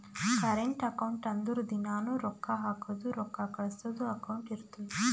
current account ಅಂದುರ್ ದಿನಾನೂ ರೊಕ್ಕಾ ಹಾಕದು ರೊಕ್ಕಾ ಕಳ್ಸದು ಅಕೌಂಟ್ ಇರ್ತುದ್